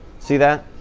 see that?